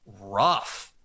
rough